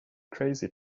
crazy